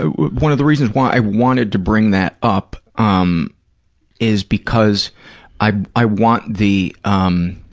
ah one of the reasons why i wanted to bring that up um is because i i want the um